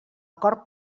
acord